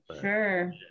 Sure